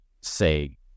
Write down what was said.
say